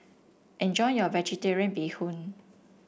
enjoy your vegetarian Bee Hoon